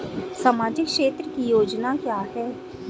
सामाजिक क्षेत्र की योजना क्या है?